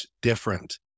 different